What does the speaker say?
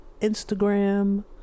Instagram